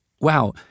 wow